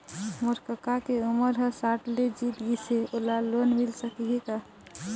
मोर कका के उमर ह साठ ले जीत गिस हे, ओला लोन मिल सकही का?